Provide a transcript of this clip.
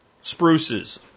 spruces